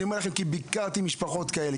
אני אומר לכם כי ביקרתי משפחות כאלה,